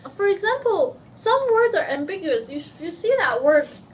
for example, some words are ambiguous. you you see that word,